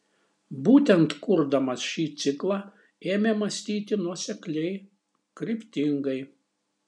būtent kurdamas šį ciklą ėmė mąstyti nuosekliai kryptingai